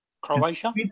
Croatia